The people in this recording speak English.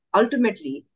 ultimately